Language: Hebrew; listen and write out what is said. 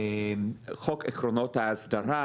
חוק עקרונות האסדרה.